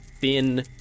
thin